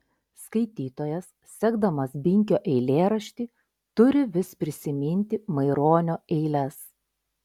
skaitytojas sekdamas binkio eilėraštį turi vis prisiminti maironio eiles